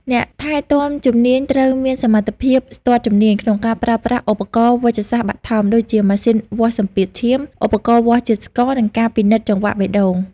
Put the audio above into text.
អ្នកថែទាំជំនាញត្រូវមានសមត្ថភាពស្ទាត់ជំនាញក្នុងការប្រើប្រាស់ឧបករណ៍វេជ្ជសាស្ត្របឋម ដូចជាម៉ាស៊ីនវាស់សម្ពាធឈាម ឧបករណ៍វាស់ជាតិស្ករ និងការពិនិត្យចង្វាក់បេះដូង។